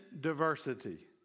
diversity